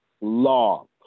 Law